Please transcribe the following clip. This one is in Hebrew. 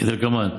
כדלקמן: